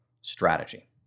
strategy